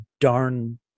darn